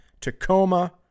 Tacoma